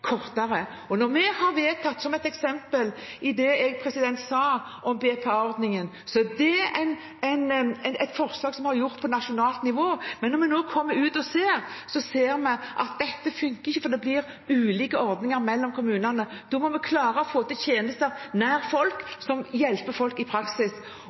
kortere. Og når vi har vedtatt – som et eksempel fra det jeg sa – BPA-ordningen, er det et forslag som vi har fremmet på nasjonalt nivå, men når vi nå kommer ut og ser, ser vi at det ikke fungerer, for det blir ulike ordninger mellom kommunene. Da må vi klare å få til tjenester nær folk, som hjelper folk i praksis.